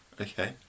Okay